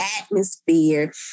atmosphere